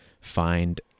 find